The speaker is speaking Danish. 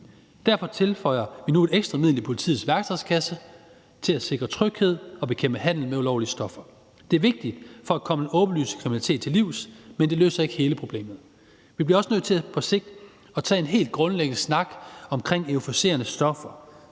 Derfor tilføjer vi nu et ekstra middel i politiets værktøjskasse til at sikre tryghed og bekæmpe handel med ulovlige stoffer. Det er vigtigt for at komme den åbenlyse kriminalitet til livs, men det løser ikke hele problemet. Vi også nødt til på sigt at tage en helt grundlæggende snak om euforiserende stoffer,